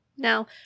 Now